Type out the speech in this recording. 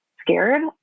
scared